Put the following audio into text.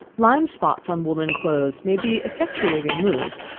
lime spots on woollen clothes may be effectually removed,